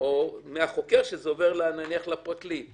או מהחוקר שזה עובר לפרקליט נניח.